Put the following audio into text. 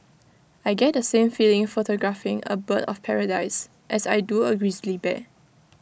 I get the same feeling photographing A bird of paradise as I do A grizzly bear